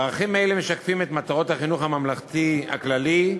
ערכים אלה משקפים את מטרות החינוך הממלכתי הכללי,